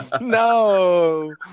No